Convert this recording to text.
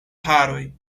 haroj